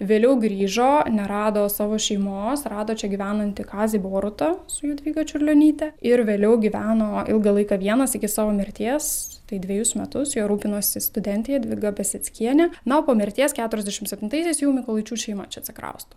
vėliau grįžo nerado savo šeimos rado čia gyvenantį kazį borutą su jadvyga čiurlionyte ir vėliau gyveno ilgą laiką vienas iki savo mirties tai dvejus metus juo rūpinosi studentė jadvyga peseckienė na o po mirties keturiasdešim septintaisiais jau mykolaičių šeima čia atsikrausto